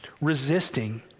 resisting